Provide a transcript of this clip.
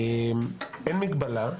אין מגבלה,